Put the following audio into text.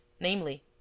namely